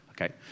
okay